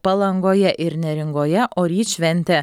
palangoje ir neringoje o ryt šventė